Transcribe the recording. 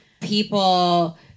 people